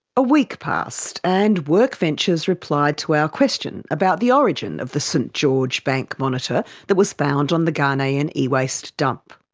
a week passed and workventures replied to our question about the origin of the st george bank monitor that was found on the ghanaian e-waste dump.